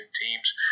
teams